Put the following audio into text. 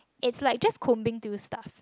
is like just combing to stuff lah